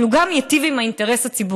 אבל הוא ייטיב גם עם האינטרס הציבורי.